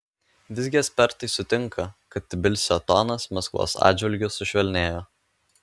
visgi ekspertai sutinka kad tbilisio tonas maskvos atžvilgiu sušvelnėjo